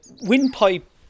windpipe